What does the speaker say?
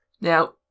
now